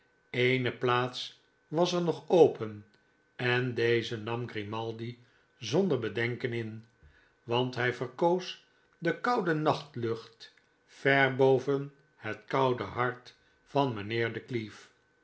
eene plaats was er nog open en deze nam grimaldi zonder bedenken in want hij verkoos dekoude nachtlucht ver boven het koude hart van mijnheer de